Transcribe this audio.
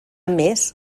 més